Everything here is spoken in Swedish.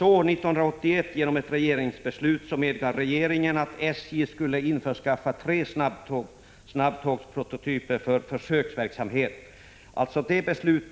Genom ett beslut 1981 medgav regeringen att SJ fick införskaffa tre snabbtågsprototyper för en försöksverksamhet. Med detta beslut